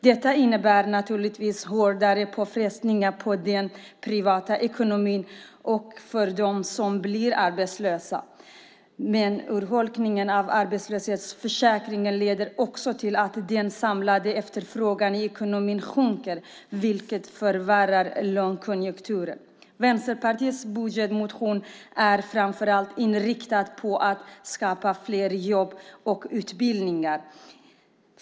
Detta innebär naturligtvis hårdare påfrestningar på den privata ekonomin och för dem som blir arbetslösa. Men urholkningen av arbetslöshetsförsäkringen leder också till att den samlade efterfrågan i ekonomin sjunker, vilket förvärrar lågkonjunkturen. Vänsterpartiets budgetmotion är framför allt inriktad på att skapa fler jobb och utbildningar.